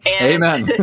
Amen